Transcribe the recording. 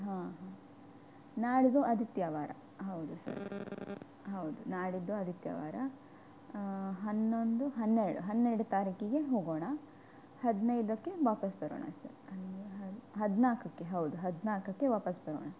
ಹಾಂ ಹಾಂ ನಾಡಿದ್ದು ಆದಿತ್ಯವಾರ ಹೌದು ಸರ್ ಹೌದು ನಾಡಿದ್ದು ಆದಿತ್ಯವಾರ ಹನ್ನೊಂದು ಹನ್ನೆರಡು ಹನ್ನೆರಡು ತಾರೀಕಿಗೆ ಹೋಗೋಣ ಹದಿನೈದಕ್ಕೆ ವಾಪಸ್ ಬರೋಣ ಸರ್ ಹದಿನಾಲ್ಕಕ್ಕೆ ಹೌದು ಹದಿನಾಲ್ಕಕ್ಕೆ ವಾಪಸ್ ಬರೋಣ